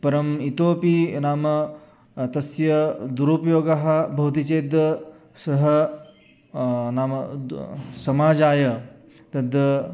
परम् इतोऽपि नाम तस्य दुरुपयोगः भवति चेद् सः नाम दु समाजाय तद्